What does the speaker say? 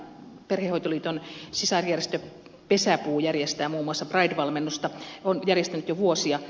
perhehoitoliiton sisarjärjestö pesäpuu järjestää muun muassa pride valmennusta on järjestänyt jo vuosia